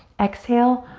exhale,